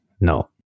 No